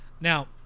now